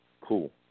cool